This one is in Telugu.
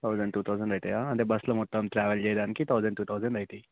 థౌజండ్ టూ థౌజండ్ అవుతాయా అంటే బస్సులో మొత్తం ట్రావెల్ చేయడానికి థౌజండ్ టూ థౌజండ్ అవుతాయి